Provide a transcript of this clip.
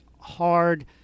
hard